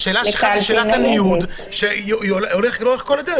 השאלה שלכם היא שאלת הניוד, לכל אורך הדרך.